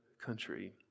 country